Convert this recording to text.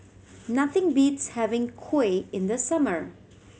nothing beats having Kuih in the summer